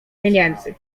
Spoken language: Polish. pieniędzy